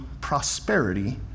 prosperity